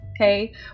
okay